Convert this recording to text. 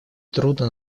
трудно